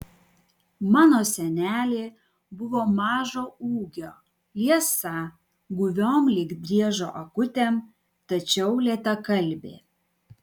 mano senelė buvo mažo ūgio liesa guviom lyg driežo akutėm tačiau lėtakalbė